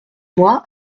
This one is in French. moi